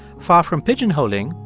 far from pigeonholing,